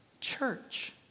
church